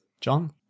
john